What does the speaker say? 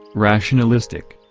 rationalistic.